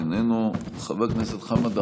עלינו לקחת את שנת